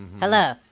Hello